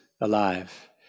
alive